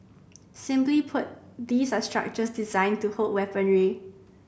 simply put these are structures designed to hold weaponry